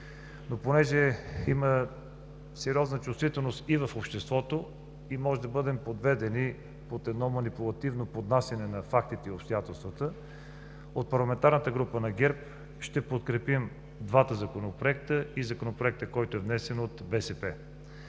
Понеже има сериозна чувствителност в обществото и можем да бъдем подведени от манипулативно поднасяне на фактите и обстоятелствата, от парламентарната група на ГЕРБ ще подкрепим двата законопроекта и Законопроекта, внесен от „БСП